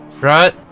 right